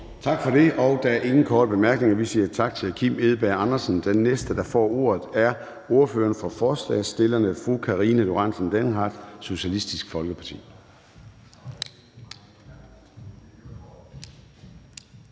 Tak for det. Der er ingen korte bemærkninger. Vi siger tak til hr. Kim Edberg Andersen. Den næste, der får ordet, er ordføreren for forslagsstillerne, fru Karina Lorentzen Dehnhardt, Socialistisk Folkeparti.